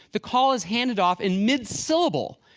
the call is handed off in mid-syllable,